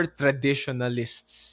traditionalists